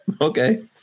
okay